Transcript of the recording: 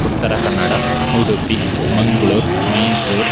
Uttara Kannada Udupi Mangalore Mysore